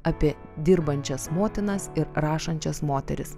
apie dirbančias motinas ir rašančias moteris